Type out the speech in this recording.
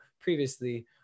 previously